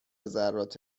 ذرات